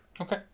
okay